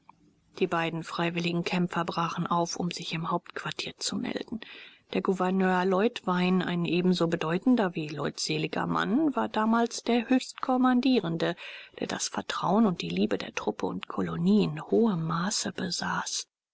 die beiden freiwilligen kämpfer brachen auf um sich im hauptquartier zu melden der gouverneur leutwein ein ebenso bedeutender wie leutseliger mann war damals der höchstkommandierende der das vertrauen und die liebe der truppe und kolonie in hohem maße besaß